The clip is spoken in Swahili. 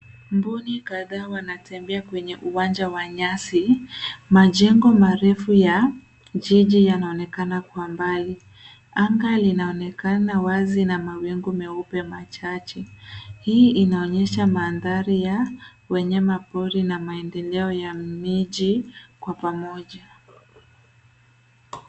Mbuni kadhaa wanatembea kwenye uwanja wa nyasi. Majengo marefu ya jiji yanaonekana kwa mbali. Anga linaonekana wazi na mawingu meupe machache. Hii inaonyesha mandhari ya wanyama pori na maendeleo ya miji kwa pamoja.